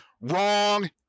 Wrong